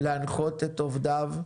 להנחות את עובדיו,